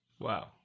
Wow